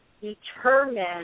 determine